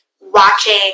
watching